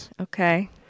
okay